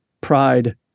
pride